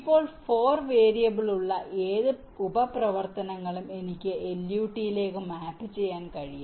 ഇപ്പോൾ 4 വേരിയബിളുകളുള്ള ഏത് ഉപ പ്രവർത്തനങ്ങളും എനിക്ക് LUT ലേക്ക് മാപ്പ് ചെയ്യാൻ കഴിയും